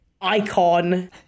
icon